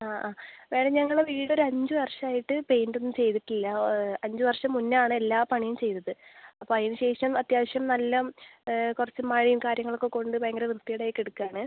ആ ആ മാഡം ഞങ്ങളുടെ വീടൊരു അഞ്ച് വർഷം ആയിട്ട് പെയിൻറ്റൊന്നും ചെയ്തിട്ടില്ല അഞ്ച് വർഷം മുന്നേ ആണ് എല്ലാ പണിയും ചെയ്തത് അപ്പോൾ അതിന് ശേഷം അത്യാവശ്യം നല്ല കുറച്ച് മഴയും കാര്യങ്ങളൊക്കെ കൊണ്ട് ഭയങ്കര വൃത്തികേടായി കിടക്കാണ്